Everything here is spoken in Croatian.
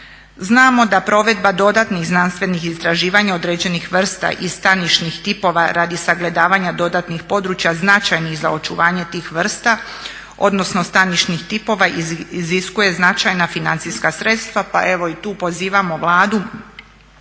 Znamo da provedba dodatnih znanstvenih istraživanja određenih vrsta i stanišnih tipova radi sagledavanja dodatnih područja značajnih za očuvanje tih vrsta, odnosno stanišnih tipova iziskuje značajna financijska sredstva pa evo i tu pozivamo Vladu